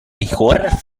horror